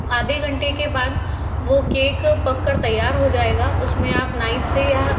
आधे घंटे के बाद वो केक पककर तैयार हो जाएगा उसमें आप नाइफ से या